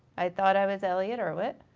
i thought i was elliot erwitt.